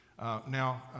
Now